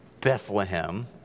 Bethlehem